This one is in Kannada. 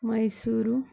ಮೈಸೂರು